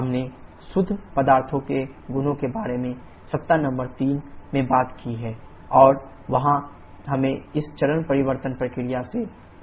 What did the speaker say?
हमने शुद्ध पदार्थों के गुणों के बारे में सप्ताह नंबर 3 में बात की है और वहां हमें इस चरण परिवर्तन प्रक्रिया से परिचित कराया गया है